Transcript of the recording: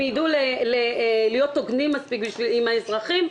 יידעו להיות מספיק הוגנות עם האזרחים.